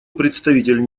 представитель